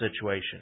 situation